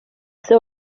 seu